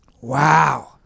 Wow